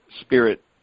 spirit